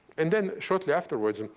and then shortly afterwards, and